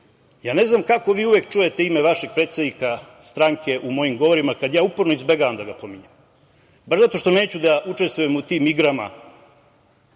ja ne znam kako vi uvek čujete ime vašeg predsednika stranke u mojim govorima kada ja uporno izbegavam da ga pominjem, baš zato što neću da učestvujem u tim igrama